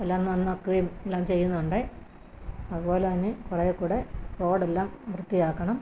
എല്ലാം നന്നാക്കുകയും എല്ലാം ചെയ്യുന്നുണ്ട് അതു പോലെ തന്നെ കുറേക്കൂടി റോഡെല്ലാം വൃത്തിയാക്കണം